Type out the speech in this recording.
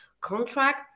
contract